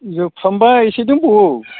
जोबफ्रामबाय एसे दंबावो